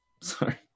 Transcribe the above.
Sorry